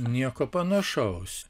nieko panašaus